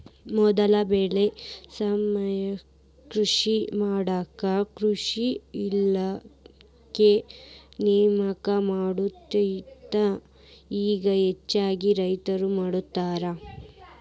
ಮೊದಲ ಬೆಳೆ ಸಮೇಕ್ಷೆ ಮಾಡಾಕ ಕೃಷಿ ಇಲಾಖೆ ನೇಮಕ ಮಾಡತ್ತಿತ್ತ ಇಗಾ ಹೆಚ್ಚಾಗಿ ರೈತ್ರ ಮಾಡತಾರ